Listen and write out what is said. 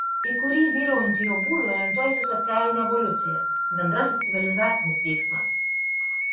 į kurį vyraujantį jo būvį orientuoja socialinė evoliucija bendrasis civilizacinis vyksmas